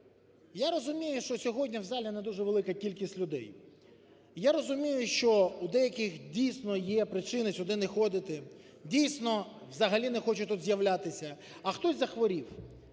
Я розумію, що сьогодні в залі не дуже велика кількість людей. Я розумію, що у деяких, дійсно, є причини сюди не ходити, дійсно, взагалі не хочуть тут з'являтися, а хтось захворів.